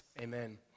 Amen